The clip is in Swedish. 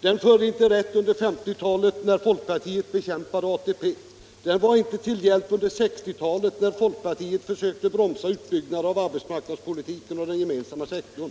Parollen förde inte rätt under 1950-talet, när folkpartiet bekämpade ATP. Den var inte till hjälp under 1960-talet, när folkpartiet försökte motverka en utbyggnad av arbetsmarknadspolitiken och den gemensamma sektorn,